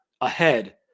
ahead